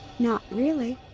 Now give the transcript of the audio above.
not really.